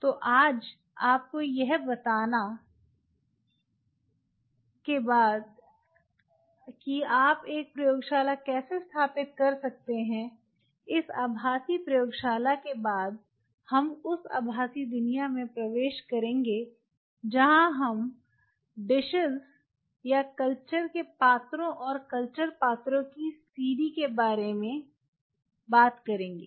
तो आज आपको यह बताने के बाद कि आप एक प्रयोगशाला कैसे स्थापित कर सकते हैं इस आभासी प्रयोगशाला के बाद हम उस आभासी दुनिया में प्रवेश करेंगे जहाँ हम डिशेस या कल्चर के पात्रों और कल्चर पात्रों की सीडी के बारे में बात करेंगे